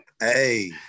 Hey